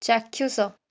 ଚାକ୍ଷୁଷ